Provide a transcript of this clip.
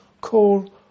call